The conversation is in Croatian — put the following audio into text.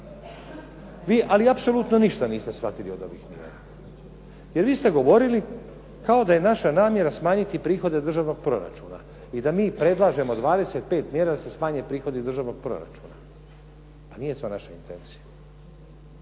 Vi ali apsolutno ništa niste shvatili od ovih mjera. Jer vi ste govorili kao da je naša namjera smanjiti prihode državnog proračuna i da mi predlažemo 25 mjera da se smanje prihodi državnog proračuna, pa nije to naša intencija.